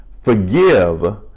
forgive